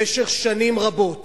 במשך שנים רבות